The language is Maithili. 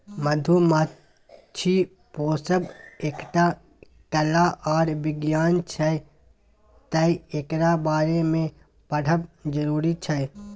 मधुमाछी पोसब एकटा कला आर बिज्ञान छै तैं एकरा बारे मे पढ़ब जरुरी छै